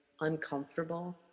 uncomfortable